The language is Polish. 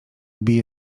bije